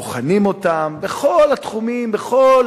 בוחנים אותם, בכל התחומים, בכל